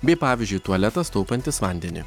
bei pavyzdžiui tualetas taupantis vandenį